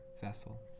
vessel